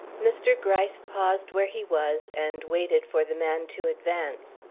mr. gryce paused where he was and waited for the man to advance.